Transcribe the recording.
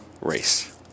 race